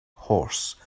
horse